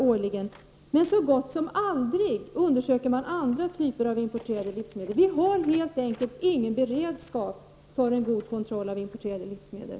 Men man undersöker så gott som aldrig andra typer av importerade livsmedel. Vi har helt enkelt ingen beredskap för en god kontroll av importerade livsmedel.